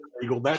illegal